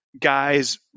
guys